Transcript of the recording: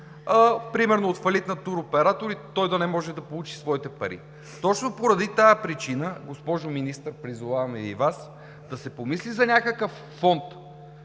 примерно от фалит на туроператор и той да не може да получи своите пари. Точно поради тази причина, госпожо Министър, призоваваме и Вас да се помисли за някакъв фонд,